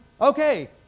okay